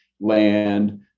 land